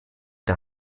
der